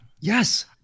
yes